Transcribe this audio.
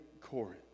Corinth